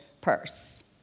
purse